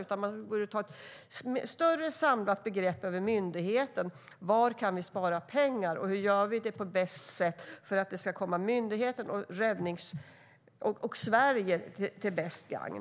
Man borde ta ett större samlat grepp över myndigheten och se var det kan sparas pengar och hur man gör det på bästa sätt för att det ska komma myndigheten och Sverige till största gagn.